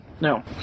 No